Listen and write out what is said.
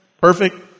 Perfect